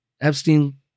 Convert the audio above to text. Epstein